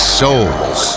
souls